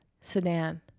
Sedan